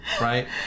Right